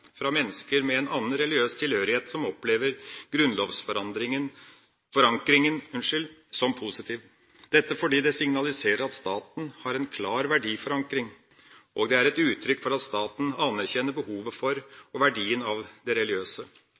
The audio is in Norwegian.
fra mennesker med en annen religiøs tilhørighet som opplever grunnlovsforankringa som positiv. Det signaliserer at staten har en klar verdiforankring, og det er et uttrykk for at staten anerkjenner behovet for og verdien av det religiøse.